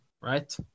right